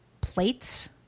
plates